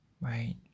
right